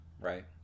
Right